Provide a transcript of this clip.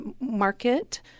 market